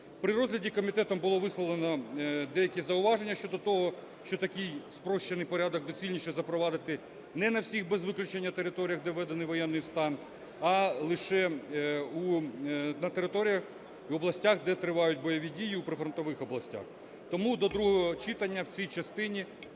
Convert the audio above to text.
При розгляді комітетом було висловлено деякі зауваження щодо того, що такий спрощений порядок доцільніше запровадити не на всіх без виключення територіях, де введений воєнний стан, а лише на територіях, в областях, де тривають бойові дії, у прифронтових областях. Тому до другого читання в цій частині